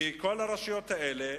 כי כל הרשויות האלה